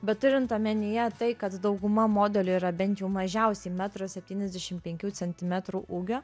bet turint omenyje tai kad dauguma modelių yra bent jau mažiausiai metras septyniasdešimt penkių centimetrų ūgio